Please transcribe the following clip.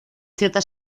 cierta